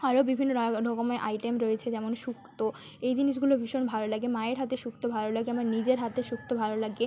আরও বিভিন্ন রা রকমের আইটেম রয়েছে যেমন শুক্তো এই জিনিসগুলো ভীষণ ভালো লাগে মায়ের হাতের শুক্তো ভালো লাগে আমার নিজের হাতের শুক্তো ভালো লাগে